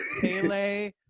Pele